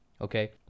okay